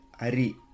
Ari